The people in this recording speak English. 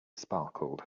sparkled